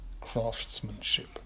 craftsmanship